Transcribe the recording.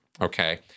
okay